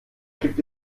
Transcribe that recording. gibt